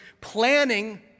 planning